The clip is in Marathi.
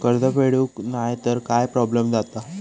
कर्ज फेडूक नाय तर काय प्रोब्लेम जाता?